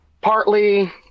partly